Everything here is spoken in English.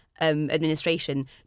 administration